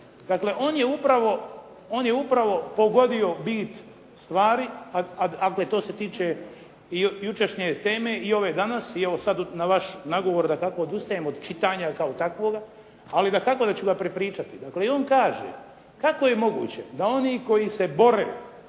Dakle, on je upravo pogodio bit stvari, a to se tiče i jučerašnje teme i ove danas i evo sad na vaš nagovor dakako odustajem od čitanja kao takvoga, ali dakako da ću ga prepričati. Dakle, i on kaže kako je moguće da oni koji se bore